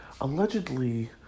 allegedly